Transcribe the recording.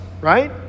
right